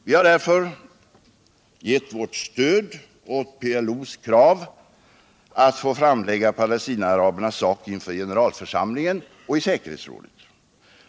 Vi har därför givit vårt stöd åt PLO:s krav att få framlägga palestinaarabernas sak inför generalförsamlingen och i säkerhetsrådet.